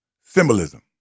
Symbolism